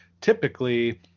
typically